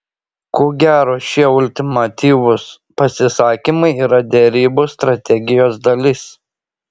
ko gero šie ultimatyvūs pasisakymai yra derybų strategijos dalis